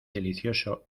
delicioso